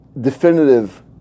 definitive